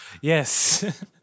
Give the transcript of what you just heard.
Yes